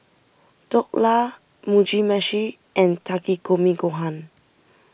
Dhokla Mugi Meshi and Takikomi Gohan